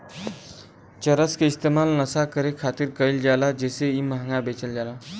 चरस के इस्तेमाल नशा करे खातिर कईल जाला जेसे इ महंगा बेचल जाला